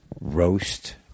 roast